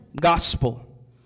gospel